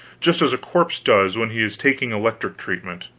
just as a corpse does when he is taking electric treatment.